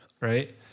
right